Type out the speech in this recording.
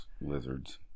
lizards